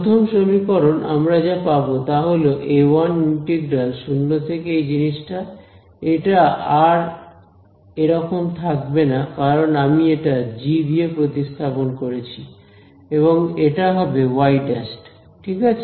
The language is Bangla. প্রথম সমীকরণ আমরা যা পাব তা হল a1 ইন্টিগ্রাল শূন্য থেকে এই জিনিসটা এটা আর এরকম থাকবে না কারণ আমি এটা জি দিয়ে প্রতিস্থাপন করেছি এবং এটা হবে y ′ ঠিক আছে